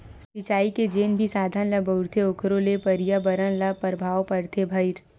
सिचई के जेन भी साधन ल बउरथे ओखरो ले परयाबरन ल परभाव परथे भईर